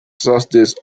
sausages